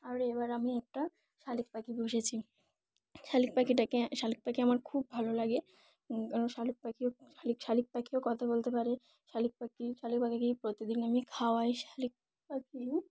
আর এবার আমি একটা শালিক পাখি বসেছি শালিক পাখিটাকে শালিক পাখি আমার খুব ভালো লাগে কেন শালুিক পাখিও শালিক শালিক পাখিও কথা বলতে পারে শালিক পাখি শালিক পাখি প্রতিদিন আমি খাওয়াই শালিক পাখিও